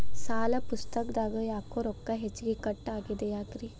ಸಾಲದ ಪುಸ್ತಕದಾಗ ಯಾಕೊ ರೊಕ್ಕ ಹೆಚ್ಚಿಗಿ ಕಟ್ ಆಗೆದ ಯಾಕ್ರಿ?